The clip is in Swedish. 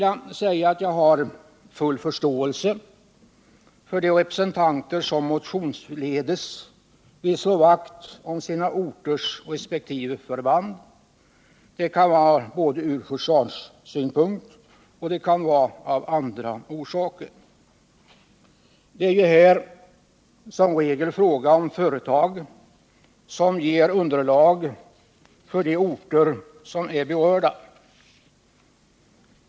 Jag har full förståelse för de representanter som motionsledes vill slå vakt om sina orters respektive förband. De kan vilja göra det från försvarssynpunkt eller av andra orsaker. Det är ju här som regel fråga om företag som ger ekonomiskt underlag för de orter som är berörda.